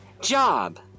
job